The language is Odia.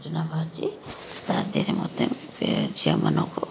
ଯୋଜନା ବାହାରିଛି ତା ଦେହରେ ମଧ୍ୟ ଝିଅମାନଙ୍କୁ